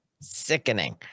sickening